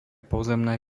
pozemné